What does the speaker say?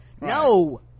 no